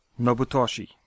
Nobutoshi